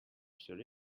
should